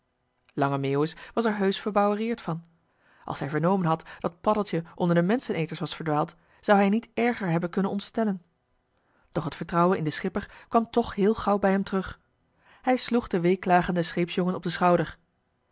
lange meeuwis was er heusch verbouwereerd van als hij vernomen had dat paddeltje onder de menscheneters was verdwaald zou hij niet erger hebben kunnen ontstellen doch het vertrouwen in den schipper kwam toch heel gauw bij hem terug hij sloeg den weeklagenden scheepsjongen op den schouder